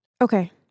Okay